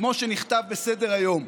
כמו שנכתב בסדר-היום.